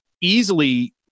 easily